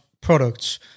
products